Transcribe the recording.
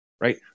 right